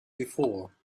before